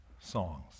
songs